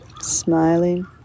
Smiling